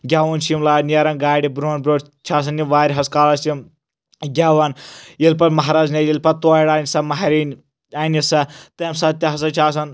گٮ۪وُن چھِ یِم لاگَان نَیٚرَان گاڑِ برونٛٹھ برونٛٹھ چھِ آسَان یِم واریاہَس کالَس یِم گؠوان ییٚلہِ پتہٕ مہراز نَیرِ ییٚلہِ پتہٕ تورِ اَنہِ سہُ مہرِنۍ اَنہِ سہُ تمہِ ساتہٕ تہِ ہسا چھِ آسَان